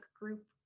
group